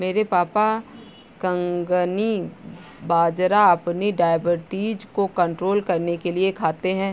मेरे पापा कंगनी बाजरा अपनी डायबिटीज को कंट्रोल करने के लिए खाते हैं